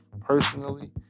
personally